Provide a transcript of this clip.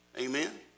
Amen